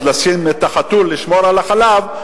אז לשים את החתול לשמור על החלב,